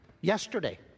yesterday